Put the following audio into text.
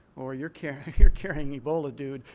or you're carrying you're carrying ebola, dude.